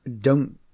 Don't